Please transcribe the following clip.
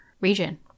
region